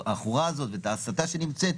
העכורה הזאת ואת ההסתה שנמצאת,